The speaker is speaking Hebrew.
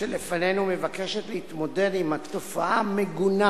שלפנינו, מבקשת להתמודד עם התופעה המגונה